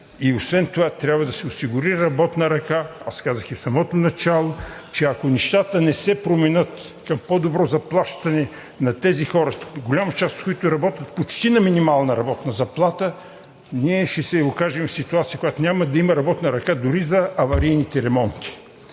И освен това, трябва да се осигури работна ръка – казах и в самото начало, че ако нещата не се променят към по-добро заплащане на тези хора, голяма част от които работят почти на минимална работна заплата, ние ще се окажем в ситуация, в която няма да има работна ръка дори за аварийните ремонти.